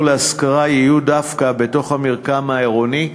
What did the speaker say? להשכרה יהיו דווקא בתוך המרקם העירוני,